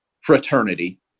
fraternity